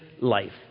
life